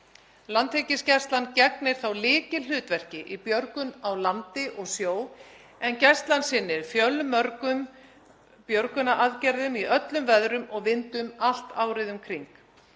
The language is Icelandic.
Landhelgisgæslan gegnir þá lykilhlutverki í björgun á landi og sjó en Gæslan sinnir fjölmörgum björgunaraðgerðum í öllum veðrum og vindum allt árið um kring.